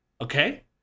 Okay